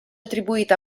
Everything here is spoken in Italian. attribuita